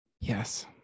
Yes